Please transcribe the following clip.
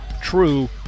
true